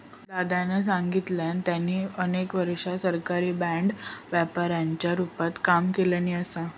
दादानं सांगल्यान, त्यांनी अनेक वर्षा सरकारी बाँड व्यापाराच्या रूपात काम केल्यानी असा